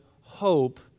hope